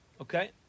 Okay